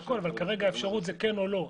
אבל כרגע האפשרות היא כן או לא.